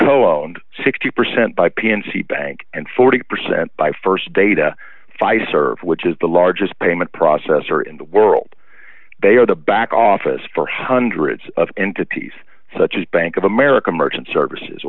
owners sixty percent by p and c bank and forty percent by st data fi serve which is the largest payment processor in the world they are the back office for hundreds of entities such as bank of america merchant services